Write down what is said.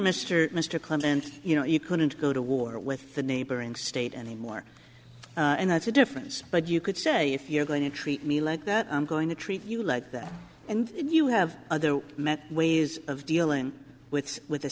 mr mr clement you know you couldn't go to war with the neighboring state anymore and that's a difference but you could say if you're going to treat me like that i'm going to treat you like that and you have met ways of dealing with with the